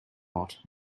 lot